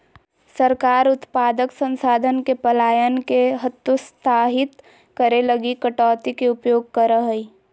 सरकार उत्पादक संसाधन के पलायन के हतोत्साहित करे लगी कटौती के उपयोग करा हइ